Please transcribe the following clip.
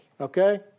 okay